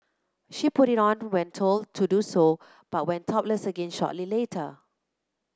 she put it on when told to do so but went topless again shortly later